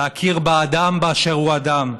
להכיר באדם באשר הוא אדם,